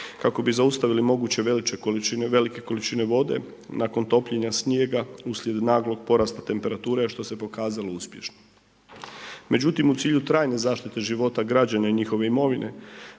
kako bi zaustavili moguće veliće, velike količine vode nakon topljenja snijega uslijed naglog porasta temperature, a što se pokazalo uspješnim. Međutim u cilju trajne zaštite života građana i njihove imovine